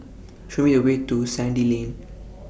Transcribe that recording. Show Me The Way to Sandy Lane